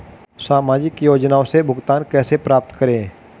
सामाजिक योजनाओं से भुगतान कैसे प्राप्त करें?